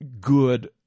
good